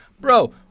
Bro